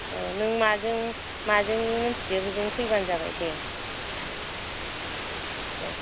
औ नों माजों माजों मोन्थियो बिजों फैबानो जाबाय दे दे